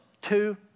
Two